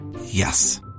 Yes